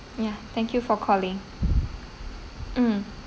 ya thank you for calling mm